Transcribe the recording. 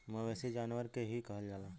मवेसी जानवर के ही कहल जाला